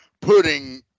putting